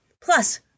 Plus